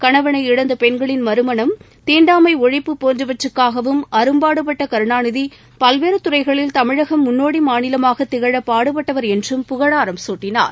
கணவனை இழந்தபெண்களின் மறுமணம் தீண்டாமைஒழிப்பு போன்றவற்றுக்காகவும் அரும்பாடுபட்டகருணாநிதி பல்வேறுதுறைகளில் தமிழகம் முன்னோடிமாநிலமாகதிகழபாடுபட்டவர் என்றும் புகழாரம் சூட்டினார்